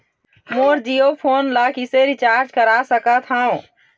मोर Jio phone ला किसे recharge करा सकत हवं?